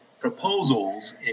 proposals